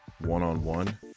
one-on-one